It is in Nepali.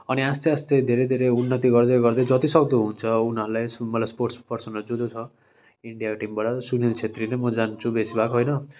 अनि आस्ते आस्ते धेरै धेरै उन्नति गर्दै गर्दै जतिसक्दो हुन्छ उनीहरूलाई मलाई स्पोर्ट्स पर्सनहरू जो जो छ इन्डियाको टिमबाट सुनील छेत्री नै म जान्छु बेसी भाग होइन